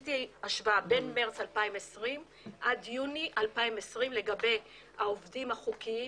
עשיתי השוואה בין מארס 2020 עד יוני 2020 לגבי העובדים החוקיים